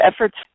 efforts